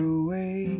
away